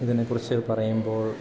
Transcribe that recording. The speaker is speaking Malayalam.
ഇതിനെക്കുറിച്ച് പറയുമ്പോൾ